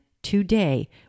Today